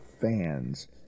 fans